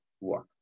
walk